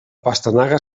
pastanaga